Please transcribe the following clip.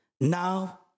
now